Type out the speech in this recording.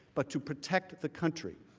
but to protect the country.